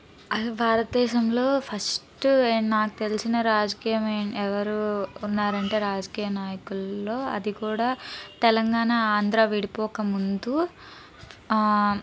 అస భారతదేశంలో ఫస్ట్ నాకు తెలిసిన రాజకీయం ఎవరు ఉన్నారంటే రాజకీయ నాయకులలో అది కూడా తెలంగాణ ఆంధ్ర విడిపోకముందు